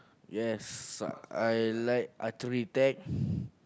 yes I like artery tag